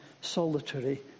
solitary